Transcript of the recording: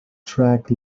track